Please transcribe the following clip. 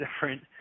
different